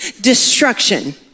destruction